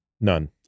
none